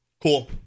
Cool